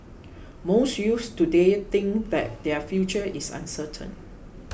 most youths today think that their future is uncertain